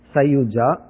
Sayuja